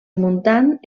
muntant